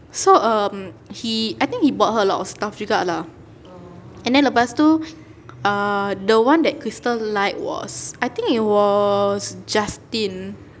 so um he I think he bought her a lot of stuff juga lah and then lepas tu uh the one that crystal like was I think it was justin